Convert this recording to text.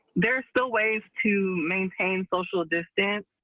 there are so ways to maintain social distancing,